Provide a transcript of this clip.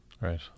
Right